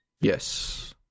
Yes